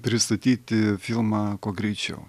pristatyti filmą kuo greičiau